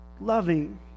loving